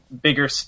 bigger